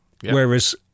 Whereas